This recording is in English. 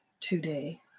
today